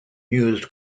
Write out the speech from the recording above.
news